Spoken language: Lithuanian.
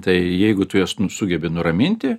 tai jeigu tu juos sugebi nuraminti